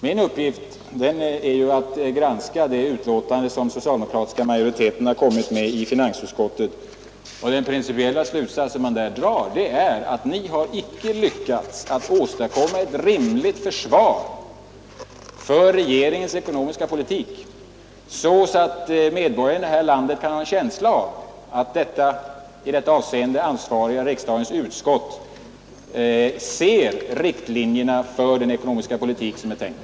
Min uppgift är ju att granska det betänkande som den socialdemokratiska majoriteten i finansutskottet har kommit med. Den principiella slutsats man därav drar är att ni inte har lyckats att åstadkomma ett rimligt försvar för regeringens ekonomiska politik så att medborgarna i detta land kan få en känsla av att det i detta avseende ansvariga riksdagsutskottet klart ser riktlinjerna för den ekonomiska politik som är tänkt.